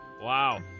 Wow